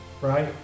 right